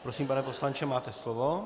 Prosím, pane poslanče, máte slovo.